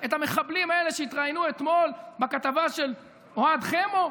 את המחבלים האלה שהתראיינו אתמול בכתבה של אוהד חמו?